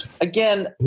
again